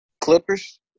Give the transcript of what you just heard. Clippers